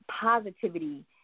positivity